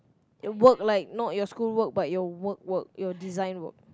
work like not your school work but your work work your design work